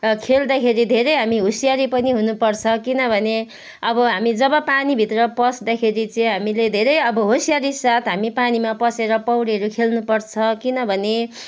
खेल्दाखेरि धेरै हामी होसियारी पनि हुनुपर्छ किनभने अब हामी जब पानीभित्र पस्दाखेरि चाहिँ हामीले धेरै अब होसियारी साथ हामी पानीमा पसेर पौडीहरू खेल्नु पर्छ किनभने